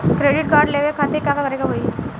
Credit card लेवे खातिर का करे के होई?